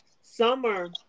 Summer